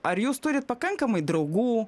ar jūs turit pakankamai draugų